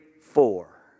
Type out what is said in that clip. four